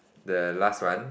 the last one